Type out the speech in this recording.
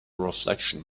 reflection